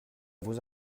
vos